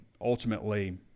ultimately